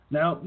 Now